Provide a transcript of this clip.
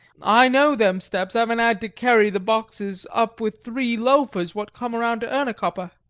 i know them steps, avin ad to carry the boxes up with three loafers what come round to earn a copper.